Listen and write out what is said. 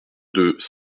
deux